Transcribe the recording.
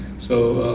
so,